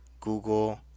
Google